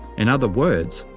in other words,